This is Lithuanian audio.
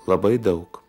labai daug